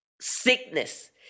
sickness